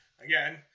again